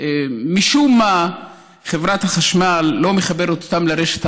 שמשום מה חברת החשמל לא מחברת אותם לרשת הארצית,